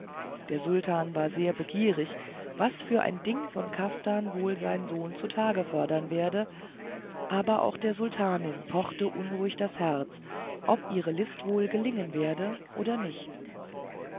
der sultan war sehr begierig was für ein ding von kaftan wohl sein sohn zutage fördern werde aber auch der sultanin pochte unruhig das herz ob ihre list wohl gelingen werde oder nicht